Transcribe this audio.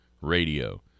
Radio